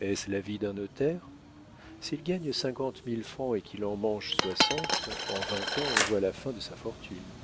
est-ce la vie d'un notaire s'ils gagnent cinquante mille francs et qu'ils en mangent soixante en vingt ans on voit la fin de sa fortune